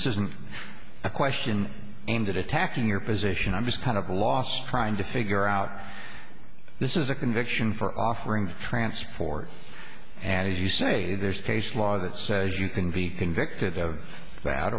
this isn't a question aimed at attacking your position i'm just kind of lost trying to figure out this is a conviction for offering transform and as you say there's case law that says you can be convicted of that